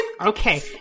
Okay